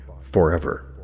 Forever